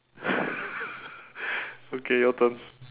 okay your turn